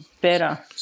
better